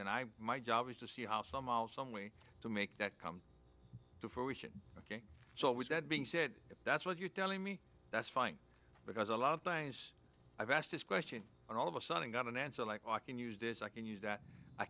and i my job is to see how some some way to make that come to fruition ok so was that being said if that's what you're telling me that's fine because a lot of times i've asked this question and all of a sudden i got an answer like walking used as i can use that i